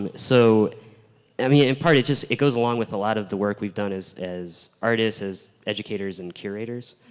um so i mean in part it just it goes along with a lot of the work we've done as as artists, as educators and curators.